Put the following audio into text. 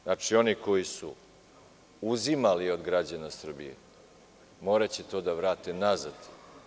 Znači, oni koji su uzimali od građana Srbije, moraće to da vrate nazad.